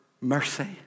mercy